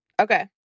Okay